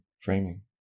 framing